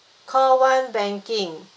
call one banking